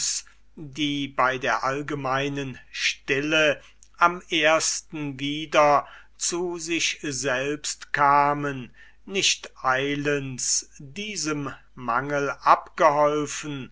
die bei der allgemeinen stille am ersten wieder zu sich selbst kamen nicht eilends diesem mangel abgeholfen